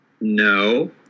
No